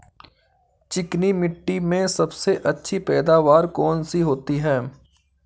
चिकनी मिट्टी में सबसे अच्छी पैदावार कौन सी होती हैं?